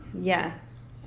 Yes